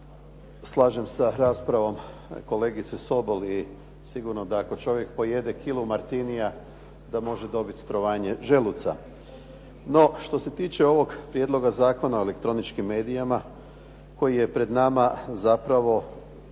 slažem sa raspravom kolegice Sobol i sigurno da ako čovjek pojede kilu martinija da može dobiti otrovanje želuca. No što se tiče ovog Prijedloga zakona o elektroničkim medijima koji je pred nama, zapravo